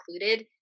included